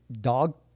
dog